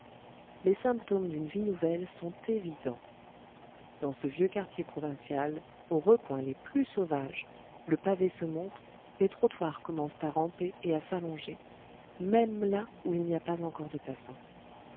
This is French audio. les symptômes d'une vie nouvelle sont évidents dans ce vieux quartier provincial aux recoins les plus sauvages le pavé se montre les trottoirs commencent à ramper et à s'allonger même là où il n'y a pas encore de passants